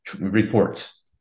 reports